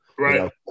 Right